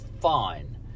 fine